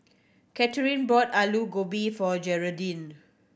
Katherine bought Alu Gobi for Geraldine